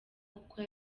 kuko